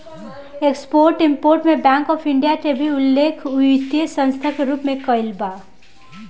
export import में bank of India के भी उल्लेख वित्तीय संस्था के रूप में कईल गईल बा